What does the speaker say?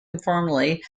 informally